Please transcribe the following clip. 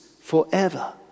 forever